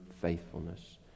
faithfulness